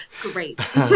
Great